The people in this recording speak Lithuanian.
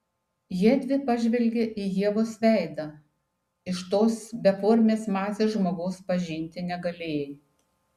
jiedvi pažvelgė į ievos veidą iš tos beformės masės žmogaus pažinti negalėjai